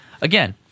Again